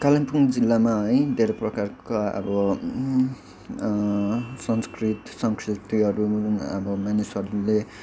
कालिम्पोङ जिल्लामा है धेरै प्रकारका अब संस्कृत संस्कृतिहरू अब मानिसहरूले